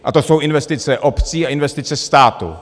A to jsou investice obcí a investice státu.